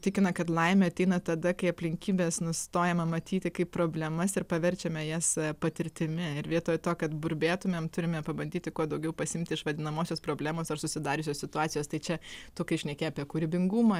tikina kad laimė ateina tada kai aplinkybes nustojame matyti kaip problemas ir paverčiame jas patirtimi ir vietoje to kad burbėtumėm turime pabandyti kuo daugiau pasiimti iš vadinamosios problemos ar susidariusios situacijos tai čia tu kai šneki apie kūrybingumą